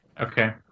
Okay